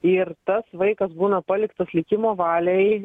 ir tas vaikas būna paliktas likimo valiai